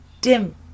dim